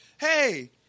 hey